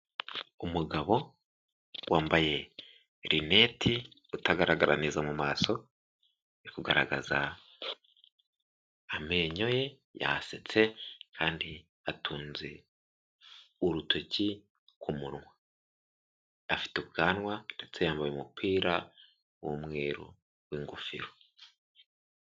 Umugabo wambaye rineti utagaragara neza mu maso, uri kugaragaza amenyo ye yasetse kandi atunze urutoki ku munwa, afite ubwanwa ndetse yambaye umupira w'umweru w'ingofero.